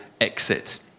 exit